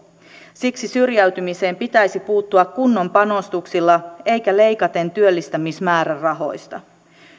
siksi syrjäytymiseen pitäisi puuttua kunnon panostuksilla eikä leikaten työllistämismäärärahoista